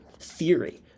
theory